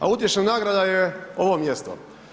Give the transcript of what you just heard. A utješna nagrada je ovo mjesto.